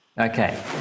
okay